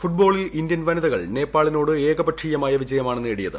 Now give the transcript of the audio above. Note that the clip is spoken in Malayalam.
ഫുട്ബോളിൽ ഇന്ത്യൻ വനിതകൾ നേപ്പാളിനോട് ഏകപക്ഷീയമായ വിജയമാണ് നേടിയത്